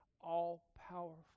all-powerful